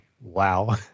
Wow